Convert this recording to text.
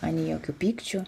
anei jokių pykčių